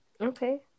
Okay